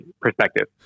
perspective